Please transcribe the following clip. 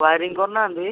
wiring କରୁନାହାନ୍ତି